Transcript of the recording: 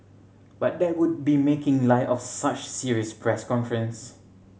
but that would be making light of such serious press conference